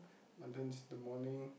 muttons the morning